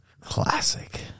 Classic